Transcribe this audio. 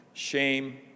shame